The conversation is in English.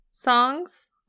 songs